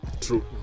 True